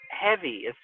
heavy